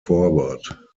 forward